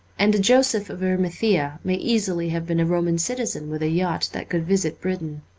and a joseph of arimathea may easily have been a roman citizen with a yacht that could visit britain.